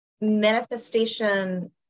manifestation